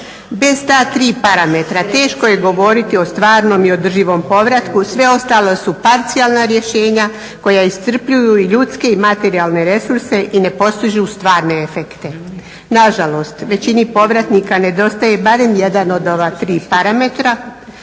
Bez ta tri parametra teško je govoriti o stvarnom i održivom povratku, sve ostalo su parcijalna rješenja koja iscrpljuju ljudske i materijalne resurse i ne postižu stvarne efekte. Nažalost, većini povratnika nedostaje barem jedan od ova tri parametra